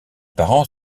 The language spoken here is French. parents